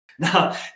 Now